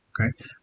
Okay